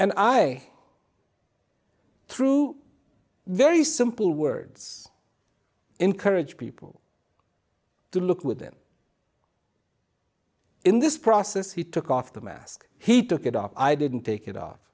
and i through very simple words encourage people to look with them in this process he took off the mask he took it up i didn't take it off